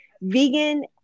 vegan